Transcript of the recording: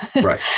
Right